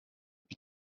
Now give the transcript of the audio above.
під